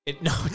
No